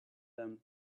them